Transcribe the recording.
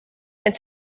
ent